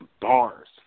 bars